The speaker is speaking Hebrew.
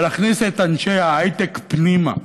ולהכניס את אנשי ההייטק פנימה,